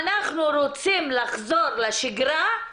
אנחנו רוצים לחזור לשגרה,